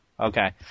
Okay